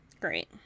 Great